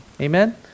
Amen